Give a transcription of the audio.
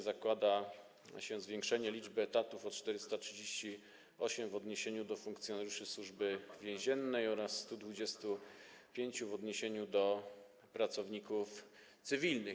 Zakłada się zwiększenie liczby etatów o 438 w odniesieniu do funkcjonariuszy Służby Więziennej oraz 125 w odniesieniu do pracowników cywilnych.